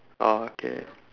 oh okay